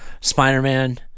Spider-Man